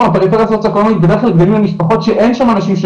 מהפריפריה הסוציו אקונומית בדרך כלל גדלים במשפחות שאין שם אנשים,